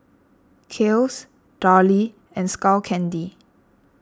Kiehl's Darlie and Skull Candy